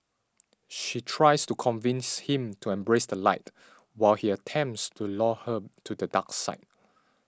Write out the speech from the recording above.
she tries to convince him to embrace the light while he attempts to lure her to the dark side